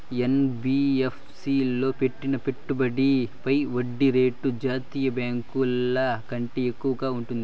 NBFC లో పెట్టిన పెట్టుబడి పై వడ్డీ రేటు జాతీయ బ్యాంకు ల కంటే ఎక్కువగా ఉంటుందా?